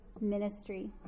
ministry